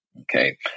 Okay